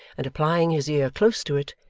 and applying his ear close to it,